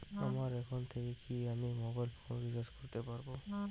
আমার একাউন্ট থেকে কি আমি মোবাইল ফোন রিসার্চ করতে পারবো?